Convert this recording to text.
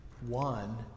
one